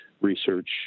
research